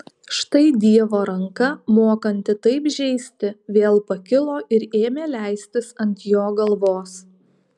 štai dievo ranka mokanti taip žeisti vėl pakilo ir ėmė leistis ant jo galvos